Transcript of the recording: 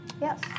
Yes